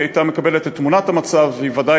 היא הייתה מקבלת את תמונת המצב והיא בוודאי